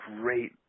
great